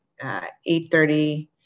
8.30